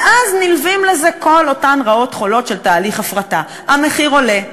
ואז נלווים לזה כל אותן רעות חולות של תהליך הפרטה: המחיר עולה,